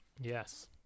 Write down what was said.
Yes